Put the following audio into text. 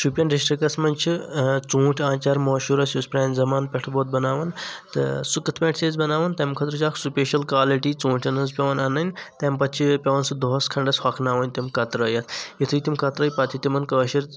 Shopian districts منٛز چھ ژوٗنٛٹھۍ آنٛچار موشوٗر اسہِ یُس پرانہِ زمانہٕ پٮ۪ٹھ ووت بناوان تہٕ سُہ کِتھہٕ کأٹھۍ چھ أسۍ بناوان تٔمہِ خأطرٕ چھ اکھ سپیشل کالٹی ژوٗنٛٹھٮ۪ن ۂنٛز پٮ۪وان اَنٕنۍ تٔمہِ پتہٕ چھ پٮ۪وان سُہ دۄہس کھنٛڈس ہۄکھناوٕنۍ تِم کترأیِتھ یُتھُے تِم کترأوۍ پتہٕ چھ تِمن کٔاشِر